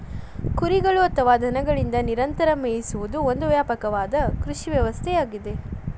ಕುರಿಗಳು ಅಥವಾ ದನಗಳಿಂದ ನಿರಂತರ ಮೇಯಿಸುವುದು ಒಂದು ವ್ಯಾಪಕವಾದ ಕೃಷಿ ವ್ಯವಸ್ಥೆಯಾಗಿದೆ